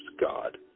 God